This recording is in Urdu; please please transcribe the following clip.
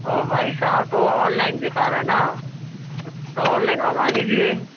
او بھائی صاحب تو وہ آن لائن دکھا رہا ہے نا تو آن لائن منگوا لیجیے